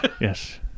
yes